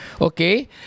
okay